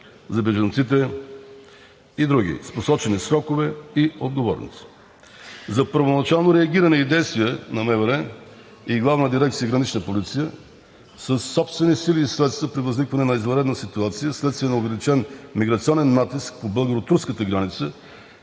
за бежанците и други, с посочени срокове и отговорности. За първоначално реагиране и действия на МВР и Главна дирекция „Гранична полиция“ със собствени сили и средства при възникване на извънредна ситуация вследствие на увеличен миграционен натиск по българо-турската граница